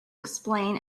explain